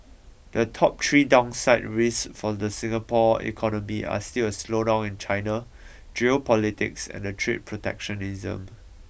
the top three downside risks for the Singapore economy are still a slowdown in China geopolitics and trade protectionism